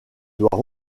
doit